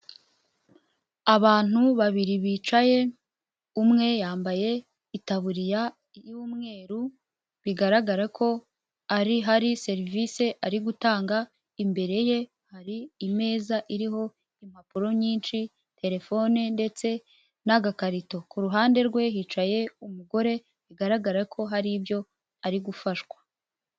Abantu babiri bicaye, umwe yambaye itaburiya y'umweru, bigaragara ko hari serivisi ari gutanga, imbere ye hari imeza iriho impapuro nyinshi, telefone ndetse n'agakarito, ku ruhande rwe hicaye umugore, bigaragara ko hari ibyo ari gufashwa.